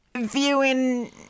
viewing